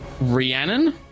Rhiannon